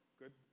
good